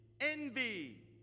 envy